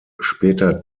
später